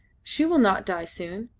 she will not die soon.